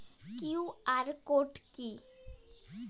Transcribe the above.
QR code কি?